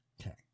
Okay